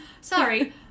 Sorry